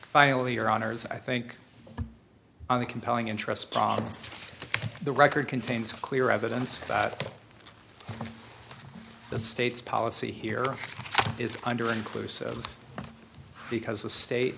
only your honour's i think on the compelling interest jobs the record contains clear evidence that the states policy here is under inclusive because the state